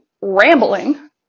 rambling